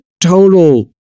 total